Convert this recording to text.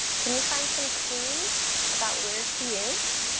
can you find some clues about where she is?